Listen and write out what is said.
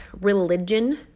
religion